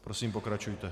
Prosím, pokračujte.